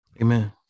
Amen